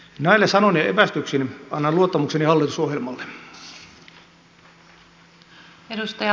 näillä sanoin ja evästyksin annan luottamukseni hallitusohjelmalle